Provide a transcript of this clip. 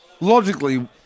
Logically